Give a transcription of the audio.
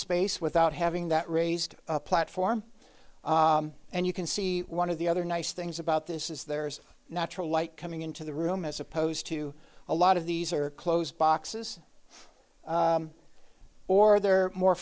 space without having that raised platform and you can see one of the other nice things about this is there's natural light coming into the room as opposed to a lot of these are closed boxes or they're more